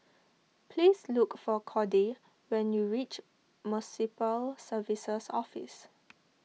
please look for Cordie when you reach Municipal Services Office